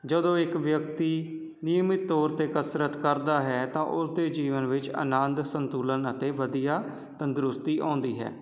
ਜਦੋਂ ਇੱਕ ਵਿਅਕਤੀ ਨਿਯਮਿਤ ਤੌਰ 'ਤੇ ਕਸਰਤ ਕਰਦਾ ਹੈ ਤਾਂ ਓਸ ਦੇ ਜੀਵਨ ਵਿੱਚ ਆਨੰਦ ਸੰਤੁਲਨ ਅਤੇ ਵਧੀਆ ਤੰਦਰੁਸਤੀ ਆਉਂਦੀ ਹੈ